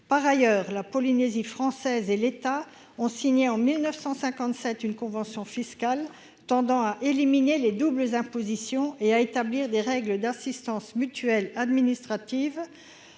Par ailleurs, la Polynésie française et l'État ont signé en 1957 une convention fiscale tendant à éliminer les doubles impositions et à établir des règles d'assistance mutuelle administrative